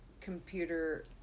computer